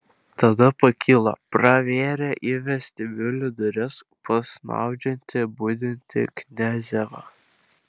tada pakilo pravėrė į vestibiulį duris pas snaudžiantį budintį kniazevą